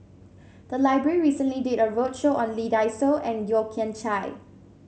the library recently did a roadshow on Lee Dai Soh and Yeo Kian Chai